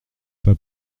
pas